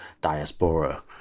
diaspora